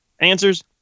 answers